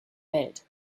welt